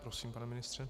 Prosím, pane ministře.